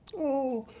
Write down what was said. oh,